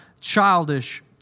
childish